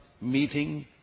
meeting